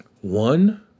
one